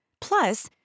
Plus